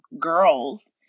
girls